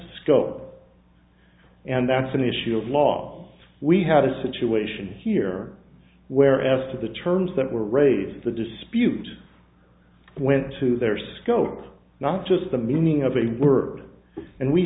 scope and that's an issue of law we had a situation here where as to the terms that were raised the dispute went to their scope not just the meaning of a word and we